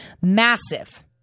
massive